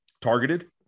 targeted